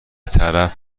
طرف